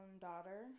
daughter